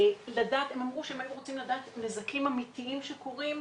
הם אמרו שהם היו רוצים לדעת על נזקים אמיתיים שקורים,